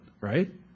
Right